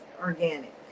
organic